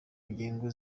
nyigo